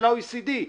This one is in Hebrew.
של ה-OECD.